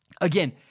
Again